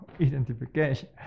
identification